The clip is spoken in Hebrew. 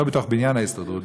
לא בתוך בניין ההסתדרות,